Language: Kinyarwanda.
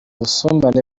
ubusumbane